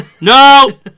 no